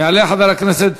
יעלה חבר הכנסת